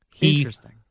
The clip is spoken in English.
Interesting